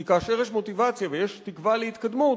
כי כאשר יש מוטיבציה ויש תקווה להתקדמות,